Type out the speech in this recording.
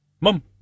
mom